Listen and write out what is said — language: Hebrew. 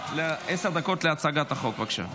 עשר דקות להצגת החוק, בבקשה.